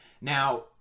Now